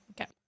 Okay